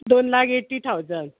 दोन lakh eighty thousand